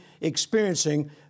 experiencing